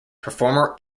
performer